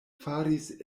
faris